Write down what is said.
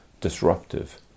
disruptive